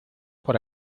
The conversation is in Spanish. por